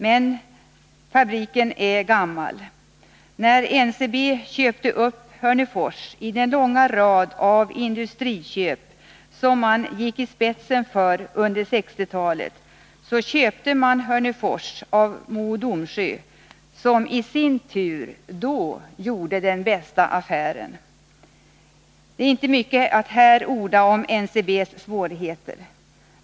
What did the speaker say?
Men fabriken är gammal. När NCB köpte upp Hörnefors i den långa rad av industriköp som man gick i spetsen för under 1960-talet, så köpte man Hörnefors av Mo och Domsjö AB, som i sin tur då gjorde den bästa affären. Det är inte mycket att här orda om NCB:s svårigheter.